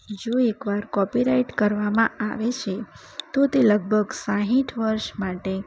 જો એક વાર કોપીરાઇટ કરવામાં આવે છે તો તે લગભગ સાઠ વર્ષ માટે